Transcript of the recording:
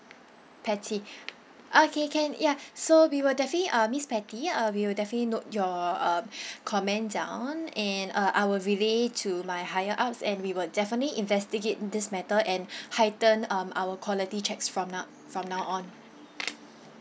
patty okay can ya so we will definitely uh miss patty uh we'll definitely note your um comment down and uh I will relay it to my higher ups and we will definitely investigate this matter and heighten um our quality checks from now from now on